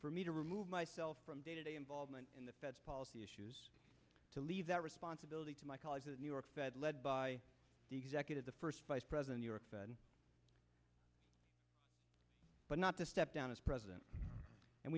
for me to remove myself from day to day involvement in the fed's policy issues to leave that responsibility to my colleagues at new york fed led by the executive the first vice president but not to step down as president and